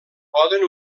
poden